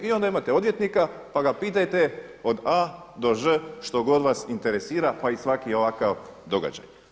I onda imate odvjetnika pa ga pitajte od A-Ž što god vas interesira pa i svaki ovakav događaj.